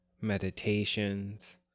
meditations